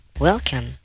Welcome